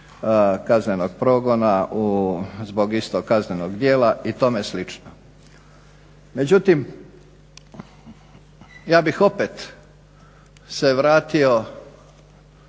kaznenog progona zbog istog kaznenog djela i tome slično. Međutim, ja bih opet se vratio,